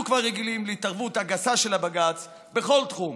אנו כבר רגילים להתערבות הגסה של הבג"ץ בכל תחום,